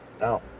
no